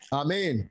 amen